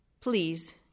Please